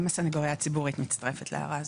גם הסניגוריה הציבורית מצטרפת להערה הזאת.